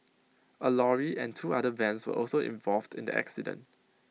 A lorry and two other vans were also involved in the accident